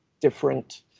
different